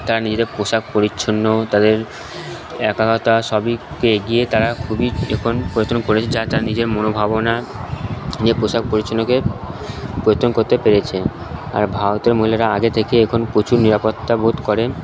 তারা নিজেদের পোশাক পরিচ্ছন্ন তাদের একাগ্রতা সবইকে এগিয়ে তারা খুবই এখন করেছে নিজের মনোভাবনা নিয়ে পোশাক পরিচ্ছন্নকে করতে পেরেছে আর ভারতের মহিলারা আগে থেকে এখন প্রচুর নিরাপত্তা বোধ করেন